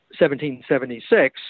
1776